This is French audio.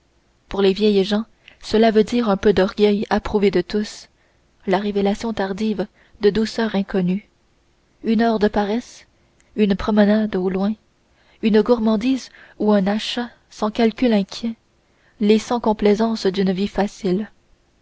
pour les vieilles gens cela veut dire un peu d'orgueil approuvé de tous la révélation tardive de douceurs inconnues une heure de paresse une promenade au loin une gourmandise ou un achat sans calcul inquiet les cent complaisances d'une vie facile